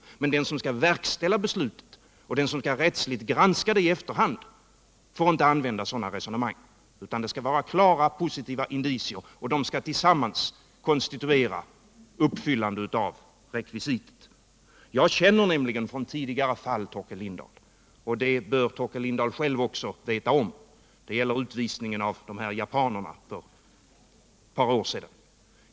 Men den som skall verkställa beslutet och den som skall rättsligt granska det i efterhand får inte använda sådana resonemang. Det skall vara klara, positiva indicier, och de skall tillsammans konstituera uppfyllandet av rekvisitet. Jag känner nämligen till tidigare fall — och det bör Torkel Lindahl själv också göra. Det gäller utvisningen av japanerna för ett par år sedan.